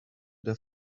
der